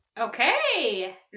Okay